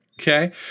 Okay